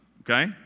Okay